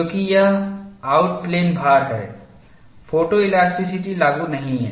क्योंकि यह out plane भार है फोटोइलास्टिसिटी लागू नहीं है